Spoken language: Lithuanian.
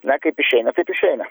na kaip išeina taip išeina